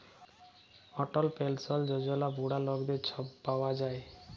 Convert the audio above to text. অটল পেলসল যজলা বুড়া লকদের ছব পাউয়া যায়